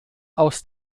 aus